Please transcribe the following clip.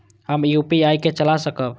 हम यू.पी.आई के चला सकब?